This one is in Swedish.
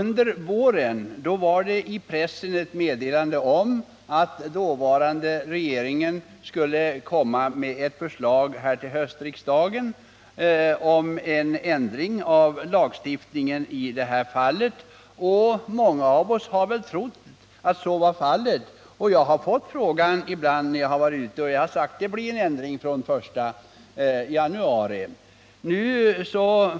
I våras kunde vi läsa i tidningarna att den dåvarande regeringen skulle komma med ett förslag till höstriksdagen om en ändring av lagstiftningen i det här fallet, och många av oss har väl trott att så skulle bli fallet. Jag har blivit tillfrågad om detta ibland när jag har varit ute i landet, och jag har sagt att det blir en ändring den 1 januari.